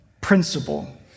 principle